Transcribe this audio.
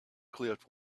cliff